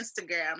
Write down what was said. Instagram